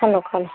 ꯈꯜꯂꯣ ꯈꯜꯂꯣ